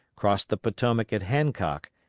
crossed the potomac at hancock,